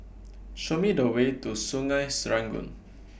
Show Me The Way to Sungei Serangoon